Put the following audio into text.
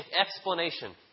explanation